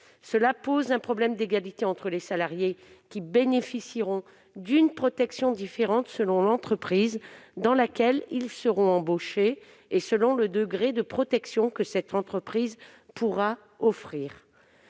Cela pose un problème d'égalité entre les salariés, qui bénéficieront d'une protection différente selon l'entreprise dans laquelle ils seront embauchés et selon le degré de protection que cette entreprise pourra offrir.